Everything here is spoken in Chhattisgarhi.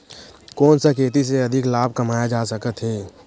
कोन सा खेती से अधिक लाभ कमाय जा सकत हे?